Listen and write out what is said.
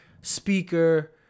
Speaker